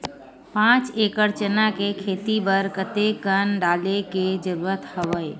पांच एकड़ चना के खेती बर कते कन डाले के जरूरत हवय?